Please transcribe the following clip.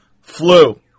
flu